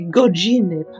godziny